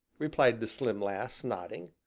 replied the slim lass, nodding.